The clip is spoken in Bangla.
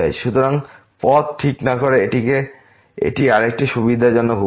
সুতরাং পথ ঠিক না করে এটি আরেকটি সুবিধাজনক উপায়